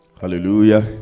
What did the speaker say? hallelujah